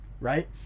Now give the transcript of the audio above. right